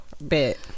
Bet